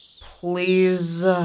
Please